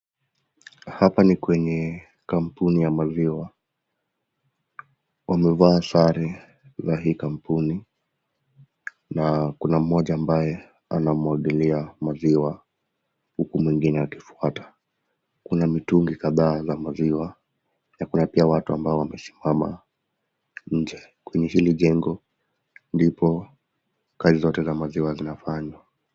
Hapa ni kwenye kampuni ya maziwa, wamevaa sare za hii kampuni, na kuna mmoja ambaye anamwagilia maziwa huku mwengine akifuata kuna una mitungi kadhaa za maziwa na pia kuna watu ambao amesimama nje, kwenye hili jengo ndipo kazi zote za maziwa zinafanywa.